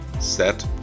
Set